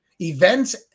Events